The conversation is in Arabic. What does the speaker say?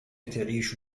تعيش